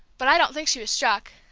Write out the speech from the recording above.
but i don't think she was struck.